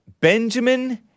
Benjamin